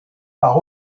par